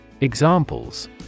Examples